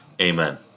amen